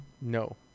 No